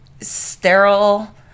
sterile